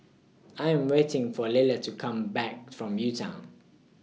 I Am waiting For Liller to Come Back from U Town